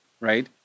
right